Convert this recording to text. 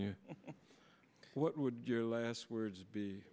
you what would your last words be